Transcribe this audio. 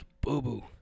boo-boo